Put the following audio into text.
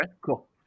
Cool